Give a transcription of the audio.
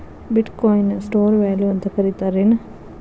ಬಿಟ್ coin ನ store value ಅಂತ ಕರಿತಾರೆನ್